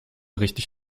richtig